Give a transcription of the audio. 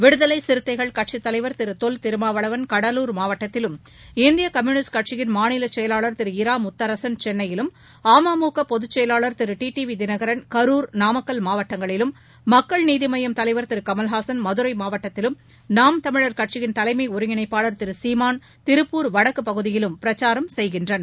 விடுதலை சிறுத்தைகள் கட்சி தலைவர் திரு தொல் திருமாவளவன் கடலூர் மாவட்டத்திலும் இந்திய கம்யூனிஸ்ட் கட்சியின் மாநிலச் செயலாளர் திரு இரா முத்தரசன் சென்னையிலும் அமுக பொதுச்செயவாளர் திரு டிடிவி தினகரன் கருர் நாமக்கல் மாவட்டங்களிலும் மக்கள் நீதிமய்யத் தலைவர் திரு கமலஹாசன் மதுரை மாவட்டத்திலும் நாம் தமிழர் கட்சியின் தலைமை ஒருங்கிணைப்பாளர் திரு சீமான் திருப்பூர் வடக்கு பகுதியிலும் பிரச்சாரம் செய்கின்றனர்